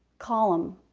column,